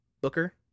Booker